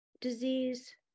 disease